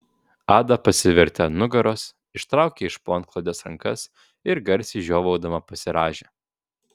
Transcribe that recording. ada pasivertė ant nugaros ištraukė iš po antklodės rankas ir garsiai žiovaudama pasirąžė